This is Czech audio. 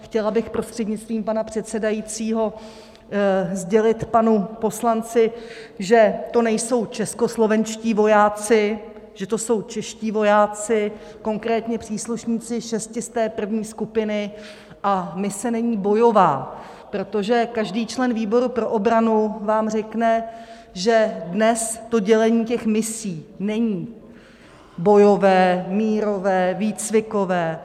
Chtěla bych, prostřednictvím pana předsedajícího, sdělit panu poslanci, že to nejsou českoslovenští vojáci, že to jsou čeští vojáci, konkrétně příslušníci 601. skupiny, a mise není bojová, protože každý člen výboru pro obranu vám řekne, že dnes to dělení misí není bojové, mírové, výcvikové.